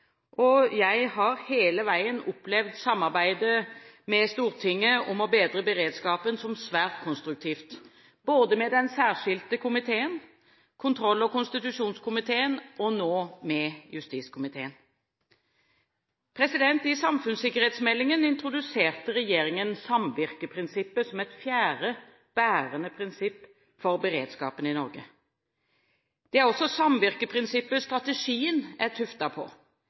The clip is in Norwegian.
tiltakene. Jeg har hele veien opplevd samarbeidet med Stortinget om å bedre beredskapen som svært konstruktivt, både med Den særskilte komité, kontroll- og konstitusjonskomiteen og nå med justiskomiteen. I samfunnssikkerhetsmeldingen introduserte regjeringen samvirkeprinsippet som et fjerde, bærende prinsipp for beredskapen i Norge. Det er også samvirkeprinsippet strategien er tuftet på: